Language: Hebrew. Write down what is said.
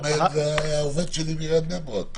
אחד מהם הוא העובד שלי מעיריית בני ברק.